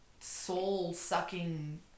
soul-sucking